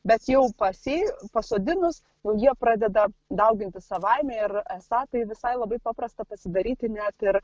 bet jau pasėjo pasodinus jie pradeda daugintis savaime ir esą tai visai labai paprasta pasidaryti net ir